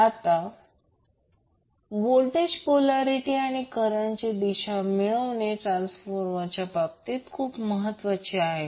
तर आता voltage polarity आणि करंटची दिशा मिळवणे ट्रान्सफॉर्मरच्या बाबतीत खूप महत्त्वाची आहे